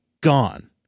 Gone